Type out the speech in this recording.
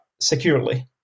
securely